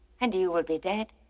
and you will be dead.